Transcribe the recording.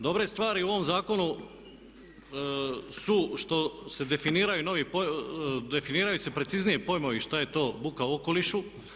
Dobre stvari u ovom zakonu su što se definiraju novi, definiraju se preciznije pojmovi što je to buka u okolišu.